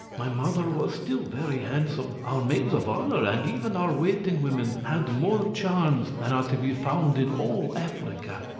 my mother was still very handsome our maids of honour, and even our waiting women, had more charms than are to be found in all africa.